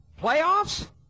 playoffs